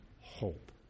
hope